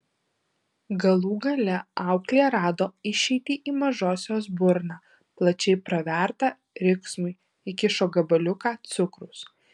galų gale auklė rado išeitį į mažosios burną plačiai pravertą riksmui įkišo gabaliuką cukraus